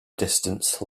distance